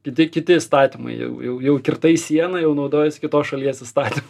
kiti kiti įstatymai jau jau jau kirtai sieną jau naudojiesi kitos šalies įstatym